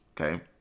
Okay